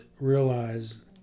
realize